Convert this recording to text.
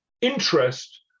interest